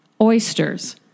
Oysters